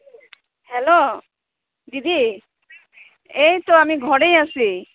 hello দিদি এই ত' আমি ঘৰেই আছে